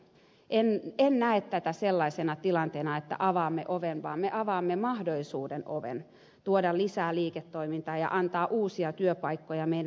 en näe tätä sellaisena tilanteena että avaamme oven vaan me avaamme mahdollisuuden oven tuoda lisää liiketoimintaa ja antaa uusia työpaikkoja meidän osaajille